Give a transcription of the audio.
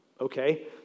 Okay